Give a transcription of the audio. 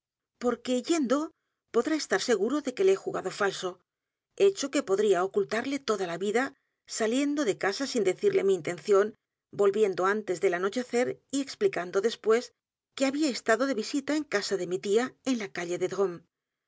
yendo podrá estar seguro de que le he jugado falso hecho que podría ocultarle toda la vida saliendo de casa sin decirle mi intención volviendo antes del anochecer y explicando después que había estado de visita u edgar poe novelas y cuentos en casa de mi tía en la calle de